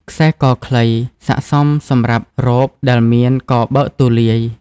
ខ្សែកខ្លី ស័ក្តិសមសម្រាប់រ៉ូបដែលមានកបើកទូលាយ។